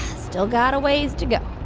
still got a ways to go